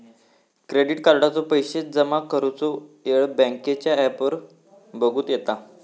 credit कार्डाचो पैशे जमा करुचो येळ बँकेच्या ॲपवर बगुक येता